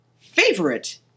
favorite